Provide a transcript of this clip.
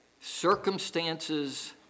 Circumstances